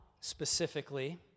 specifically